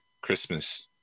Christmas